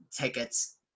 tickets